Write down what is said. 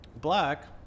black